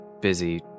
busy